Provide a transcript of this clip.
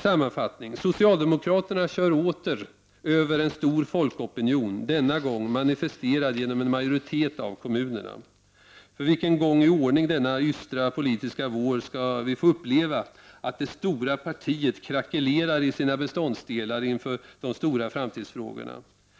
Sammanfattningsvis: Socialdemokraterna kör åter över en stor folkopinion — denna gång manifesterad genom en majoritet av kommunerna. För vilken gång i ordningen denna ystra politiska vår skall vi få uppleva att det stora partiet krackelerar i sina beståndsdelar inför de stora framtidsfrågorna?